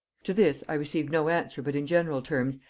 to this i received no answer but in general terms,